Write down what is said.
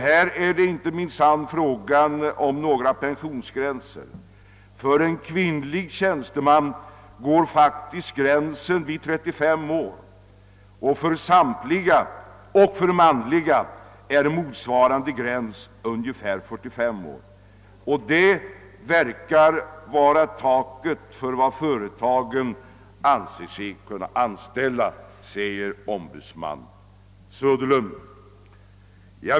Här är det minsann inte fråga om några pensionsgränser. För en kvinnlig tjänsteman går faktiskt gränsen vid 35 år och för en manlig är motsvarande gräns ungefär 45 år. Det verkar vara taket för vad företagen anser sig kunna anställa, säger ombudsman Söderlund.